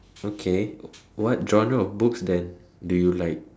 okay what genre of books that do you like